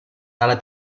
ale